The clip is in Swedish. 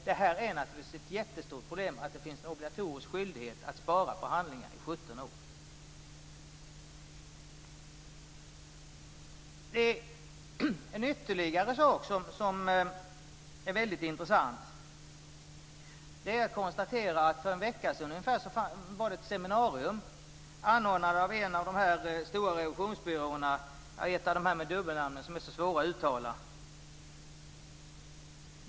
Det är naturligtvis ett jättestort problem att det finns en obligatorisk skyldighet att spara på handlingar i 17 år. En ytterligare sak som är väldigt intressant är att konstatera att för ungefär en vecka sedan anordnades ett seminarium av en av de stora revisionsbyråerna, en av dem med dubbelnamnen som är så svåra att uttala.